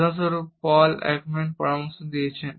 উদাহরণস্বরূপ Paul Ekman পরামর্শ দিয়েছেন